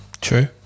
True